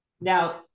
now